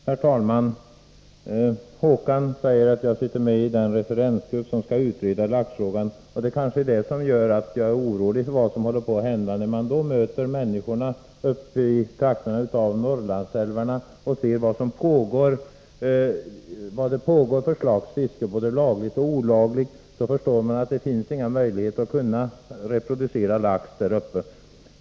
Herr talman! Håkan Strömberg säger att jag sitter med iden referensgrupp som skall utreda laxfrågan, och det gör kanske att jag är orolig för vad som håller på att hända. När man möter människorna uppe i trakterna vid Norrlandsälvarna och ser vad för slags fiske som pågår, både lagligt och olagligt, förstår man att det inte finns några möjligheter att reproducera lax däruppe.